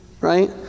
right